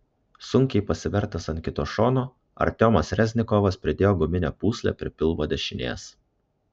sunkiai pasivertęs ant kito šono artiomas reznikovas pridėjo guminę pūslę prie pilvo dešinės